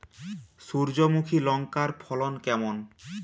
সূর্যমুখী লঙ্কার ফলন কেমন?